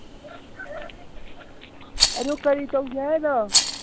ꯑꯗꯨ ꯀꯔꯤ ꯇꯧꯁꯦ ꯍꯥꯏꯅꯣ